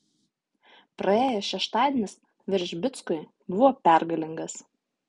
praėjęs šeštadienis veržbickui buvo pergalingas